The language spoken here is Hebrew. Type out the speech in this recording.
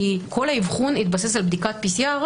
כי כל האבחון התבסס על בדיקת PCR,